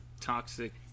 toxic